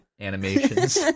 animations